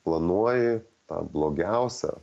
planuoji tą blogiausią